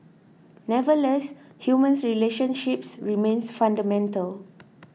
nevertheless human relationships remain fundamental